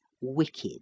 wicked